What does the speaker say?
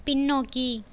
பின்னோக்கி